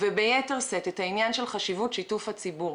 וביתר שאת את חשיבות שיתוף הציבור.